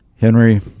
Henry